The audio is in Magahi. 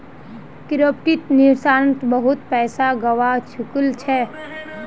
क्रिप्टोत निशांत बहुत पैसा गवा चुकील छ